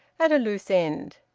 at a loose end.